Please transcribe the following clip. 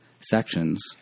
sections